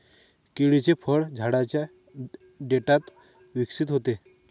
केळीचे फळ झाडाच्या देठात विकसित होते